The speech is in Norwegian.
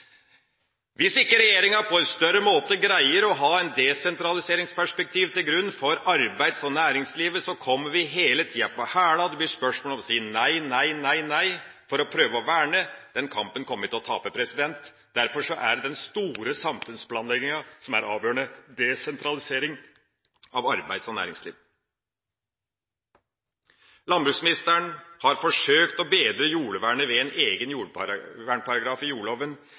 Hvis ikke regjeringa på en bedre måte greier å legge et desentraliseringsperspektiv til grunn for arbeids- og næringslivet, kommer vi hele tida på hæla, og det blir spørsmål om å si nei, nei, nei for å prøve å verne. Den kampen kommer vi til å tape. Derfor er det den store samfunnsplanlegginga som er avgjørende, desentralisering av arbeids- og næringsliv. Landbruksministeren har forsøkt å bedre jordvernet ved en egen jordvernparagraf i